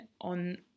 on